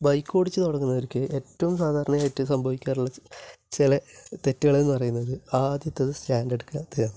bike ഓടിച്ചു തുടങ്ങുന്നവര്ക്ക് ഏറ്റവും സാധാരണമായിട്ട് സംഭവിക്കാറുള്ള ചെല തെറ്റുകള് എന്ന് പറയുന്നത് ആദ്യത്തത് സ്റ്റാന്ഡ് എടുക്കാത്തതാണ്